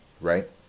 right